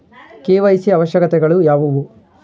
KYC ಅವಶ್ಯಕತೆಗಳು ಯಾವುವು?